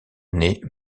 née